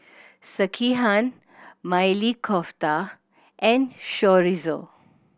Sekihan Maili Kofta and Chorizo